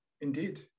indeed